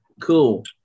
cool